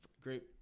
great